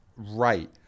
Right